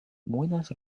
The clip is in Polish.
młynarz